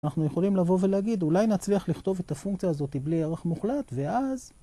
אנחנו יכולים לבוא ולהגיד - אולי נצליח לכתוב את הפונקציה הזאת בלי ערך מוחלט, ואז